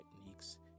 techniques